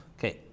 Okay